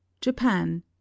Japan